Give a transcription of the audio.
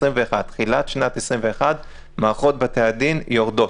בתחילת שנת 2021 מערכות בתי הדין יורדות.